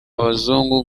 abazungu